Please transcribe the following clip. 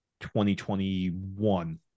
2021